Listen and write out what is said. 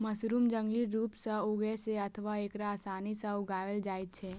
mushroom जंगली रूप सं उगै छै अथवा एकरा आसानी सं उगाएलो जाइ छै